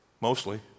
mostly